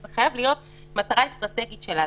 וזה חייב להיות מטרה אסטרטגית שלנו,